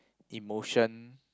emotion